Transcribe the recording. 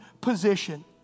position